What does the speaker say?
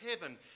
heaven